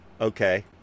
okay